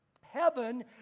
Heaven